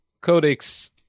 Codex